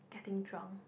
getting drunk